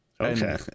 Okay